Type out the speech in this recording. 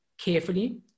carefully